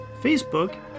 facebook